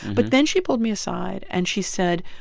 but then she pulled me aside, and she said,